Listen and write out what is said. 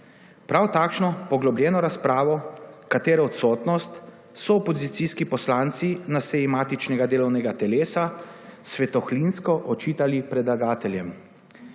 Prav takšno poglobljeno razpravo, katero odsotnost so opozicijski poslanci na seji matičnega delovnega telesa svetohlinsko očitali predlagateljem.